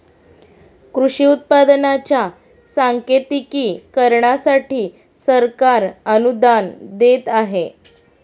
कृषी उत्पादनांच्या सांकेतिकीकरणासाठी सरकार अनुदान देत आहे